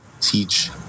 teach